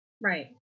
Right